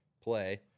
play